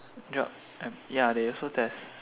ya they also test